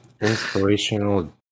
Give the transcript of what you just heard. inspirational